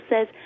says